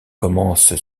commencent